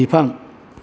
बिफां